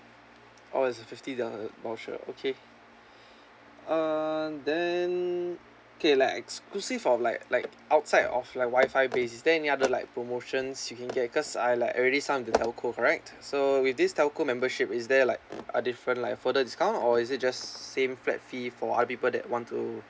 oh it's a fifty dollar voucher okay uh then K like exclusive of like like outside of like WI-FI base is there any other like promotions you can get cause I like already signed with the telco right so with this telco membership is there like a different like further discount or is it just same flat fee for other people that want to